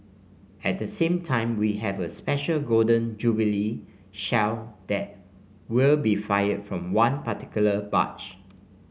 at the same time we have a special Golden Jubilee shell that will be fired from one particular barge